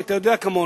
כי אתה יודע כמוני,